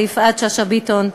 ליפעת שאשא ביטון: